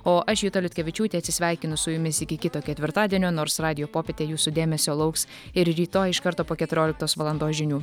o aš juta liutkevičiūtė atsisveikinu su jumis iki kito ketvirtadienio nors radijo popietė jūsų dėmesio lauks ir rytoj iš karto po keturioliktos valandos žinių